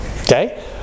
okay